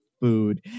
food